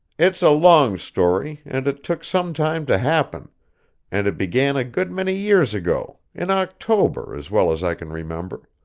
it's a long story, and it took some time to happen and it began a good many years ago, in october, as well as i can remember.